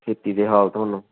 ਖੇਤੀ ਦੇ ਹਾਲ ਤੁਹਾਨੂੰ